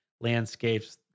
landscapes